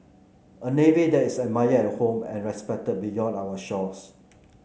a navy that is admired at home and respected beyond our shores